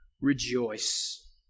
Rejoice